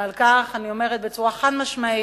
ועל כך אני אומרת בצורה חד-משמעית,